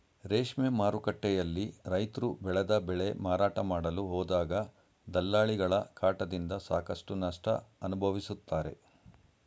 ರೇಷ್ಮೆ ಮಾರುಕಟ್ಟೆಯಲ್ಲಿ ರೈತ್ರು ಬೆಳೆದ ಬೆಳೆ ಮಾರಾಟ ಮಾಡಲು ಹೋದಾಗ ದಲ್ಲಾಳಿಗಳ ಕಾಟದಿಂದ ಸಾಕಷ್ಟು ನಷ್ಟ ಅನುಭವಿಸುತ್ತಾರೆ